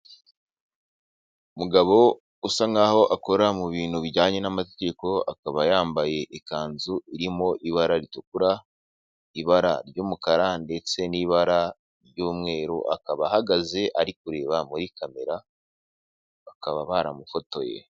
Umugabo usa nkaho akora mu bintu bijyanye n'amategeko akaba yambaye ikanzu irimo ibara ritukura, ibara ry'umukara ndetse n'ibara ry'umweru akaba ahagaze ari kureba muri kamera bakaba baramufotoye.